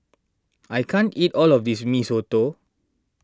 I can't eat all of this Mee Soto